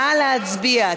נא להצביע.